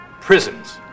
prisons